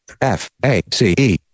f-a-c-e